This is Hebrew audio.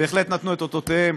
בהחלט נתנו את אותותיהם.